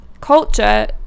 culture